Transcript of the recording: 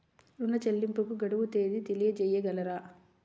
ఋణ చెల్లింపుకు గడువు తేదీ తెలియచేయగలరా?